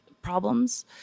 problems